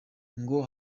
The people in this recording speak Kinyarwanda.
ngo